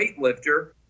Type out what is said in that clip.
weightlifter